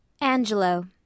Angelo